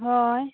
ᱦᱳᱭ